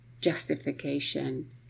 justification